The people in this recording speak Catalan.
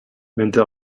mentre